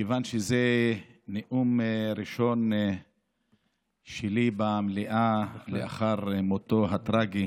מכיוון שזה נאום ראשון שלי במליאה לאחר מותו הטרגי